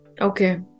Okay